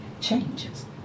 changes